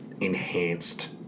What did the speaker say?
enhanced